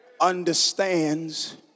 understands